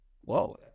whoa